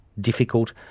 difficult